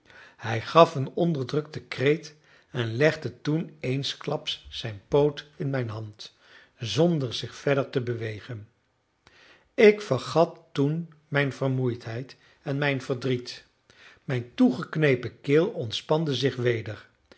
hij gaf een onderdrukten kreet en legde toen eensklaps zijn poot in mijn hand zonder zich verder te bewegen ik vergat toen mijn vermoeidheid en mijn verdriet mijn toegeknepen keel ontspande zich weder